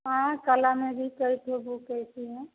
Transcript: हाँ कला में भी कई ठो बुक रहती हैं